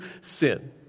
sin